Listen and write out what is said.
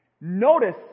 Notice